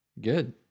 Good